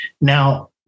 Now